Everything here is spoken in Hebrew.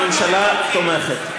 הממשלה תומכת.